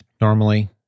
normally